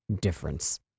difference